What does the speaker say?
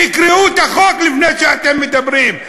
תקראו את החוק לפני שאתם מדברים.